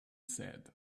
said